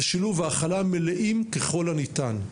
זה שילוב והכלה מלאים ככל הניתן.